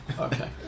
Okay